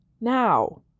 now